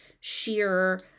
sheer